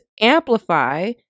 amplify